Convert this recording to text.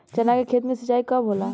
चना के खेत मे सिंचाई कब होला?